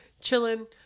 chilling